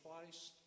twice